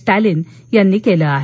स्टॅलिन यांनी केलं आहे